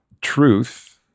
truth